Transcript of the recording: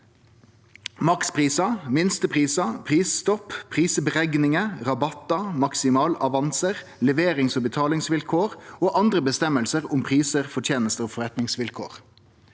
maksimalpriser, minstepriser, prisstopp, prisberegninger, rabatter, maksimalavanser, leveringsog betalingsvilkår og andre bestemmelser om priser, fortjenester og forretningsvilkår».